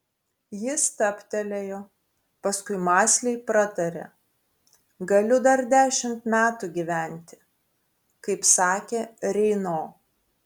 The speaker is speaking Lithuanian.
ji stabtelėjo paskui mąsliai pratarė galiu dar dešimt metų gyventi kaip sakė reino